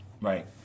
Right